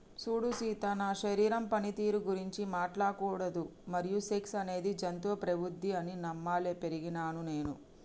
సూడు సీత నా శరీరం పనితీరు గురించి మాట్లాడకూడదు మరియు సెక్స్ అనేది జంతు ప్రవుద్ది అని నమ్మేలా పెరిగినాను నేను